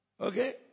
Okay